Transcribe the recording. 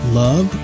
love